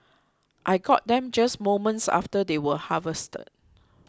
I got them just moments after they were harvested